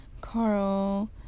Carl